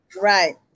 Right